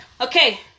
Okay